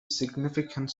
significant